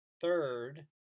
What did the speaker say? third